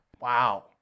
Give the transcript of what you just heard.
wow